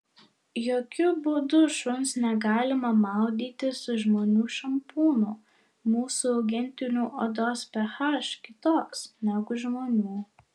jokiu būdu šuns negalima maudyti su žmonių šampūnu mūsų augintinių odos ph kitoks negu žmonių